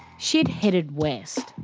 she'd headed west.